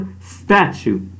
statue